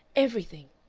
everything.